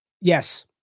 Yes